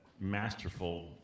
masterful